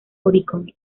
oricon